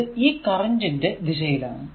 ഇത് ഈ കറന്റ് നെ ദിശയാണ്